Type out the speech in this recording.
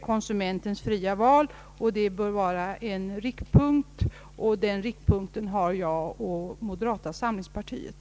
Konsumentens fria val bör vara en riktpunkt, och den riktpunkten har jag och moderata samlingspartiet.